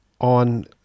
on